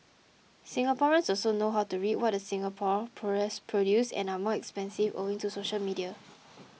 Singaporeans also know how to read what the Singapore press produces and are more expensive owing to social media